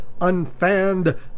unfanned